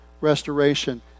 restoration